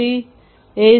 15